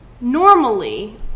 normally